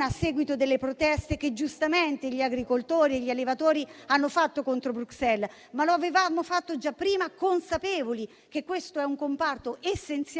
a seguito delle proteste che giustamente gli agricoltori e gli allevatori hanno fatto contro Bruxelles, ma lo avevamo fatto già prima, consapevoli che questo è un comparto essenziale